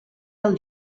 del